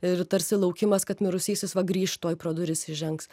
ir tarsi laukimas kad mirusysis va grįš tuoj pro duris įžengs